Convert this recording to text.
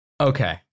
Okay